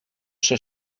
ser